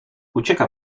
ucieka